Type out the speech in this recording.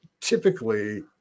Typically